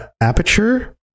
Aperture